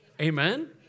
Amen